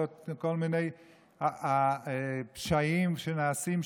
לא כל מיני פשעים שנעשים שם.